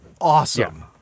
awesome